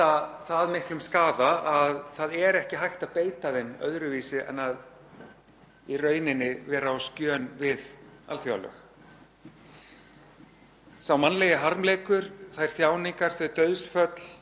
Sá mannlegi harmleikur, þær þjáningar, þau dauðsföll og sá skaði sem vopnin valda, óháð því hvort um er að ræða herlið eða almenning,